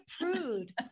prude